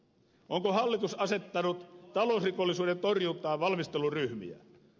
onko hallitus asettanut talousrikollisuuden torjuntaan valmisteluryhmiä